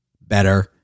better